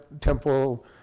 temple